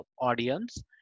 audience